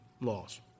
laws